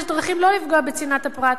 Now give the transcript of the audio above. יש דרכים לא לפגוע בצנעת הפרט,